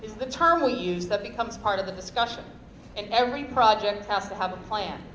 the term we use that becomes part of the discussion and every project has to have a